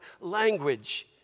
language